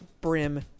brim